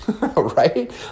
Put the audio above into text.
right